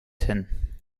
ten